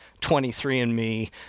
23andMe